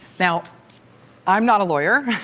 now i'm not a lawyer.